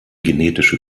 genetische